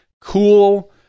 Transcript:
cool